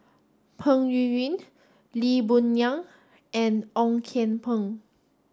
Peng Yuyun Lee Boon Ngan and Ong Kian Peng